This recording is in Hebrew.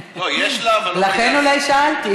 לא, יש לה, אבל לא, לכן אולי שאלתי.